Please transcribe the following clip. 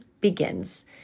begins